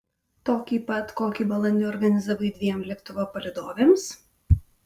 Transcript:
tokį pat kokį balandį organizavai dviem lėktuvo palydovėms